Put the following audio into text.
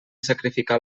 sacrificar